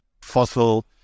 fossil